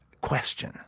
question